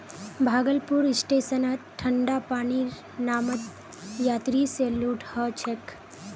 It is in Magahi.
भागलपुर स्टेशनत ठंडा पानीर नामत यात्रि स लूट ह छेक